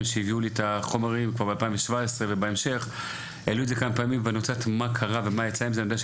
לפי החומרים שקיבלתי מה-ממ״מ אז כבר בשנת 2017 וגם בהמשך.